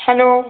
hello